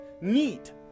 neat